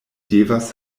devas